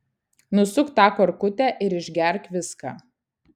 nusuk tą korkutę ir išgerk viską